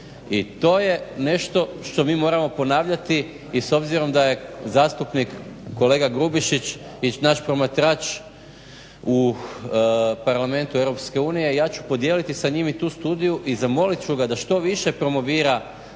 I to je nešto što mi moramo ponavljati. I s obzirom da je zastupnik kolega Grubišić i naš promatrač u Parlamentu EU ja ću podijeli sa njim tu studiju i zamolit ću ga da što više promovira